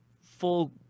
full